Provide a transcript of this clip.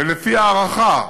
ולפי ההערכה,